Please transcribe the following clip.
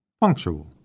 Punctual